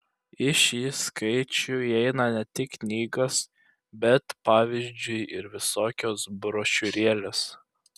į šį skaičių įeina ne tik knygos bet pavyzdžiui ir visokios brošiūrėlės